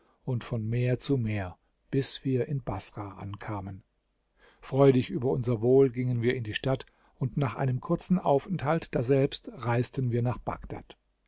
und von meer zu meer bis wir in baßrah ankamen freudig über unser wohl gingen wir in die stadt und nach einem kurzen aufenthalt daselbst reisten wir nach bagdad